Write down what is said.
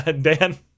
Dan